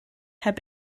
heb